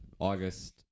August